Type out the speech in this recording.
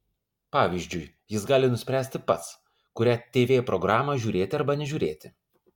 pavyzdžiui jis gali nuspręsti pats kurią tv programą žiūrėti arba nežiūrėti